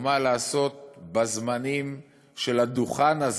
מה לעשות בזמנים של הדוכן הזה,